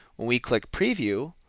we click preview,